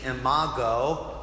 imago